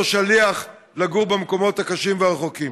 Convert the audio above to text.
שליח לגור במקומות הקשים והרחוקים.